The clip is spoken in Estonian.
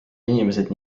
inimesed